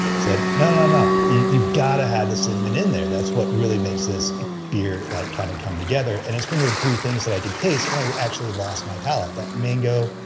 said. no, no, no, you've got to have the cinnamon in there, that's what really makes this beer like kind of come together. and it's one of the three things that i could taste when i actually lost my palate that mango,